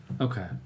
Okay